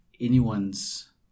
anyone's